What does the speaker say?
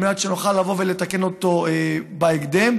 כדי שנוכל לתקן בהקדם.